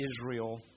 Israel